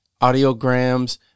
audiograms